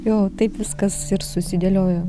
jo taip viskas ir susidėliojo